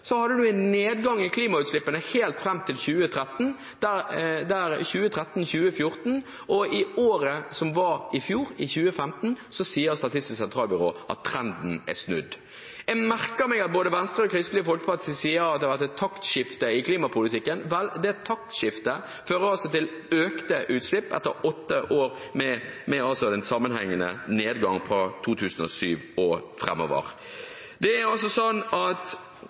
en nedgang i klimautslippene helt fram til 2013/2014. Og om fjoråret, 2015, sier Statistisk sentralbyrå at trenden er snudd. Jeg merker meg at både Venstre og Kristelig Folkeparti sier at det har vært et taktskifte i klimapolitikken. Vel, det taktskiftet fører altså til økte utslipp etter åtte år med en sammenhengende nedgang fra 2007 og framover. Jeg er overrasket over at